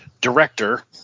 director